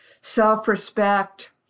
self-respect